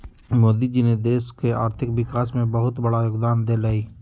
मोदी जी ने देश के आर्थिक विकास में बहुत बड़ा योगदान देलय